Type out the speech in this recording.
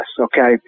okay